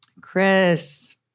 Chris